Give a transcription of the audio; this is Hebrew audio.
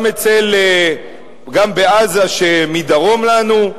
גם בעזה שמדרום לנו,